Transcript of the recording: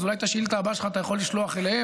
אז אולי את השאילתה הבאה שלך אתה יכול לשלוח אליהם.